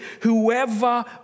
Whoever